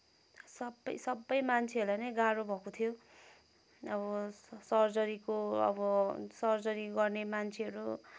सबै सबै मान्छेहरूलाई नै गाह्रो भएको थियो अब सर्जरीको अब सर्जरी गर्ने मान्छेहरू